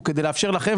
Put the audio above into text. היא כדי לאפשר לכם,